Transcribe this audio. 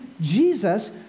Jesus